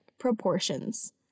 proportions